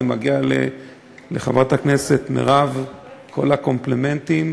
ומגיעים לחברת הכנסת מרב כל הקומפלימנטים.